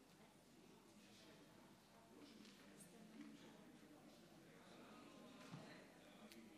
לפני שאני מגיע להצעת החוק,